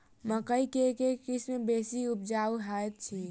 मकई केँ के किसिम बेसी उपजाउ हएत अछि?